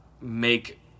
make